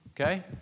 Okay